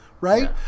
Right